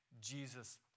Jesus